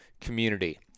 community